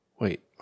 wait